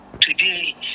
Today